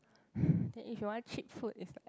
then if you want cheap food is like